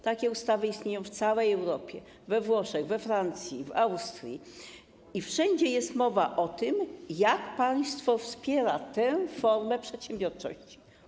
Takie ustawy istnieją w całej Europie, we Włoszech, we Francji, w Austrii, i wszędzie jest mowa o tym, jak państwo wspiera tę formę przedsiębiorczości.